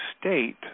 state